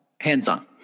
Hands-on